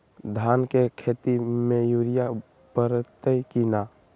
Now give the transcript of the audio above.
धान के खेती में यूरिया परतइ कि न?